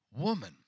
woman